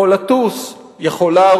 / יכול לטוס, יכול להרוג.